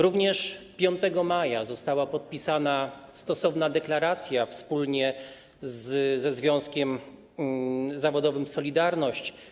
Również 5 maja została podpisana stosowna deklaracja wspólnie ze związkiem zawodowym „Solidarność”